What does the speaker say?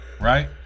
right